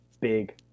big